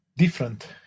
different